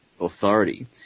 authority